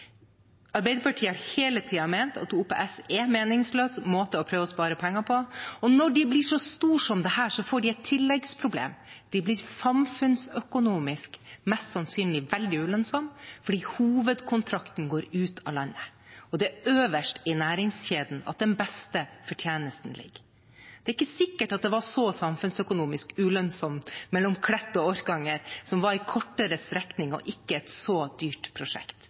Arbeiderpartiet har hele tiden ment at OPS er en meningsløs måte å prøve å spare penger på, og når de blir så store som dette, får de et tilleggsproblem. De blir samfunnsøkonomisk mest sannsynlig veldig ulønnsomme fordi hovedkontrakten går ut av landet. Og det er øverst i næringskjeden den beste fortjenesten ligger. Det er ikke sikkert at det var så samfunnsøkonomisk ulønnsomt mellom Klett og Orkanger, som var en kortere strekning og ikke et så dyrt prosjekt.